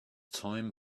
time